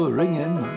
ringing